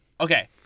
okay